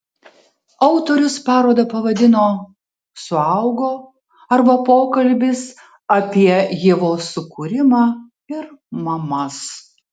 autorius parodą pavadino suaugo arba pokalbis apie ievos sukūrimą ir mamas